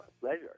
pleasure